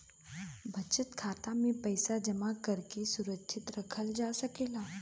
बचत खाता में पइसा जमा करके सुरक्षित रखल जा सकला